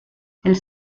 els